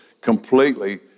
completely